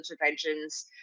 interventions